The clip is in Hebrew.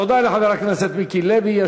תודה לחבר הכנסת מיקי לוי.